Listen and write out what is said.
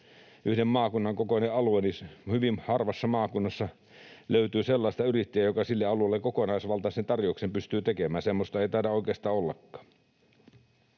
yhden maakunnan kokoinen alue, niin hyvin harvassa maakunnassa löytyy sellaista yrittäjää, joka sille alueelle kokonaisvaltaisen tarjouksen pystyy tekemään. Semmoista ei taida oikeastaan ollakaan.